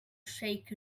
shake